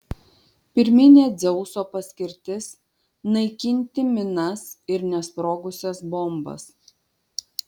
pirminė dzeuso paskirtis naikinti minas ir nesprogusias bombas